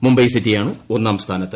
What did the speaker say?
മുംബൈ സിറ്റിയാണ് ഒന്നാം സ്ഥാനത്ത്